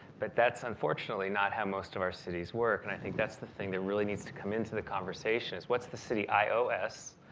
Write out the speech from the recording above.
but that's unfortunately not how most of our cities work. and i think that's the thing, that really needs to come into the conversation is, what's the city ios,